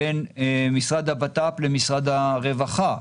בין משרד הבט"פ למשרד הרווחה.